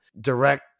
direct